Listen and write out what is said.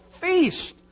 feast